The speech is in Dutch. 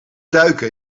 duiken